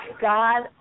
God